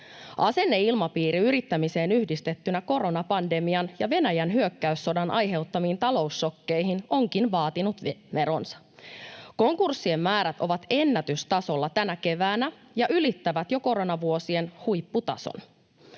Asenneilmapiiri yrittämiseen yhdistettynä koronapandemian ja Venäjän hyökkäyssodan aiheuttamiin talousšokkeihin onkin vaatinut veronsa. Konkurssien määrät ovat ennätystasolla tänä keväänä ja ylittävät jo koronavuosien huipputason.